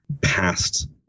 past